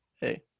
Hey